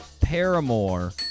Paramore